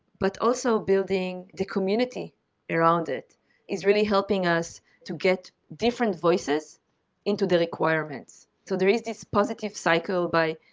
but also building the community around it is really helping us to get different voices into the requirements. so there is this positive cycle by,